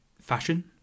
fashion